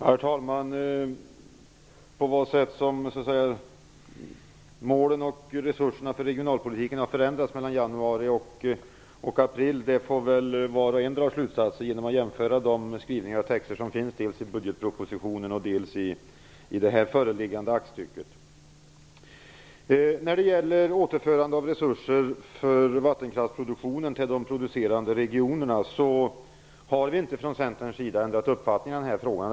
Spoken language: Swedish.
Herr talman! På vilket sätt som målen och resurserna till regionalpolitiken har förändrats mellan januari och april får var och en dra slutsatser om, genom att jämföra de skrivningar och texter som finns dels i budgetpropositionen, dels i det här föreliggande aktstycket. När det gäller återförande av resurser från vattenkraftsproduktionen till de producerande regionerna, har vi från Centerns sida inte ändrat uppfattning i den frågan.